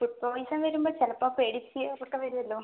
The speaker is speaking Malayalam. ഫുഡ് പോയ്സൺ വരുമ്പോൾ ചിലപ്പോൾ അതൊക്കെ വരുമല്ലോ